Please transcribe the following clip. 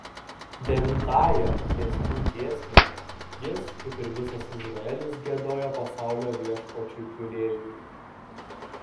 devintąją giesmių giesmę jis kaip ir visas izraelis giedojo pasaulio viešpačiui kūrėjui